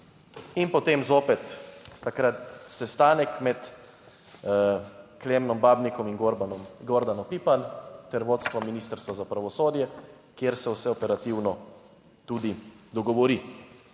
In potem zopet takrat sestanek med Klemnom Babnikom in Gorbanom, Gordano Pipan ter vodstvom Ministrstva za pravosodje, kjer se vse operativno tudi dogovori.